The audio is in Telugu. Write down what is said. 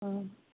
ఆ